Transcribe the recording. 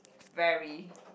very